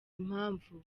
impamvu